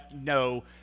no